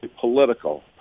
political